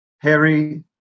Harry